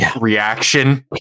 reaction